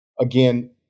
again